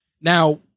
now